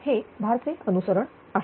हे भार चे अनुसरण आहे